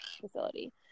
facility